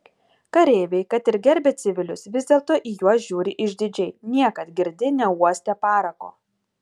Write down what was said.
kareiviai kad ir gerbia civilius vis dėlto į juos žiūri išdidžiai niekad girdi neuostę parako